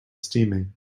steaming